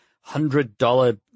hundred-dollar